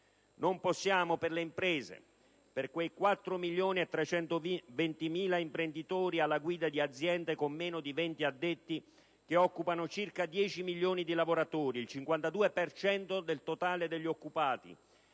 Non possiamo farlo per le imprese, per quei 4.320.000 imprenditori alla guida di aziende con meno di 20 addetti che occupano circa 10 milioni di lavoratori, il 52 per cento del totale degli occupati.